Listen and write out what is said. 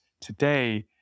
today